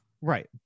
Right